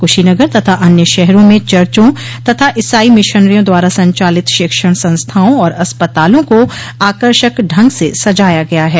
कुशीनगर तथा अन्य शहरों में चर्चो तथा इसाई मिशनरियों द्वारा संचालित शिक्षण संस्थाओं और अस्पतालों को आकर्षक ढंग से सजाया गया है